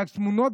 התמונות